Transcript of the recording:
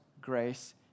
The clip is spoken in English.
grace